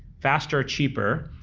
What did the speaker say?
faster, cheaper,